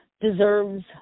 deserves